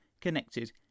connected